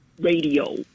radio